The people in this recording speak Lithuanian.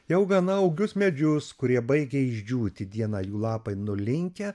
jau gana augius medžius kurie baigia išdžiūti dieną jų lapai nulinkę